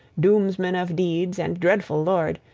doomsman of deeds and dreadful lord,